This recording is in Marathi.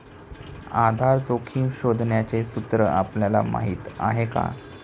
आधार जोखिम शोधण्याचे सूत्र आपल्याला माहीत आहे का?